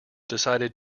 decided